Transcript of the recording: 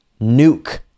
nuke